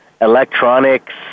electronics